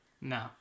No